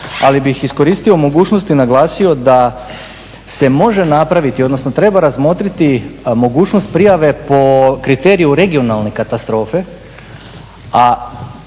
Ali bih iskoristio mogućnost i naglasio da se može napraviti, odnosno treba razmotriti mogućnost prijave po kriteriju regionalne katastrofe, a